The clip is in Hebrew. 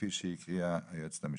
כפי שהקריאה היועצת המשפטית?